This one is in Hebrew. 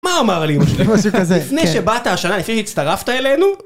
מה אמר לי? לפני שבאת השנה לפי שהצטרפת אלינו?